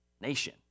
nation